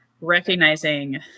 recognizing